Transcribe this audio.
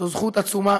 זו זכות עצומה